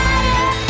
Fire